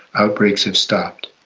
outbreaks have stopped.